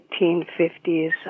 1850s